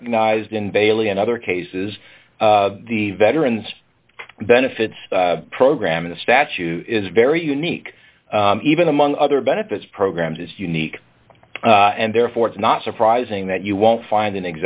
recognized in bailey and other cases the veteran's benefits program in the statute is very unique even among other benefits programs it's unique and therefore it's not surprising that you won't find an